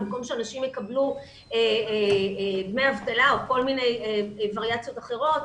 במקום שאנשים יקבלו דמי אבטלה או כל מיני וריאציות אחרות,